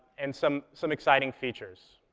and some some exciting features.